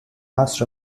last